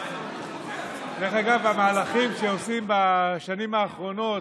דרך אגב, במהלכים שעושים בשנים האחרונות,